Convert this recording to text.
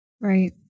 Right